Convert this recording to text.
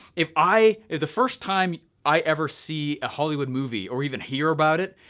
if i, if the first time i ever see a hollywood movie, or even hear about it,